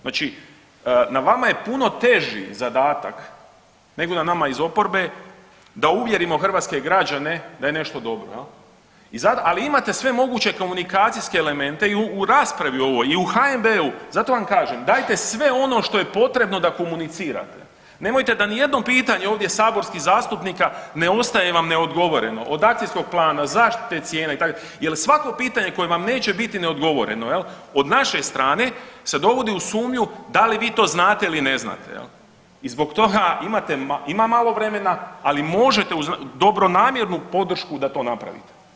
Znači na vama je puno teži zadatak nego na nama iz oporbe da uvjerimo hrvatske građane da je nešto dobro jel, ali imate sve moguće komunikacijske elemente i u raspravi ovo i u HNB-u i zato vam kažem dajte sve ono što je potrebno da komunicirate, nemojte da nijedno pitanje ovdje saborskih zastupnika ne ostaje vam neodgovoreno, od akcijskog plana, zaštite cijena i tako jel svako pitanje koje vam neće biti neodgovoreno jel od naše strane se dovodi u sumnju da li vi to znate ili ne znate jel i zbog toga imate, ima malo vremena, ali možete uz dobronamjernu podršku da to napravite.